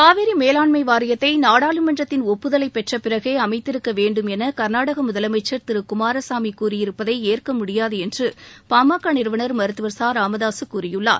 காவிரி மேலாண்மை வாரியத்தை நாடாளுமன்றத்தின் ஒப்புதலைப் பெற்ற பிறகே அமைத்திருக்க வேண்டும் என கர்நாடக முதலமைச்சர் திரு குமாரசாமி கூறியிருப்பதை ஏற்க முடியாது என்று பாமக நிறுவனர் மருத்துவர் ச ராமதாசு கூறியுள்ளார்